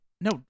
No